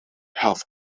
health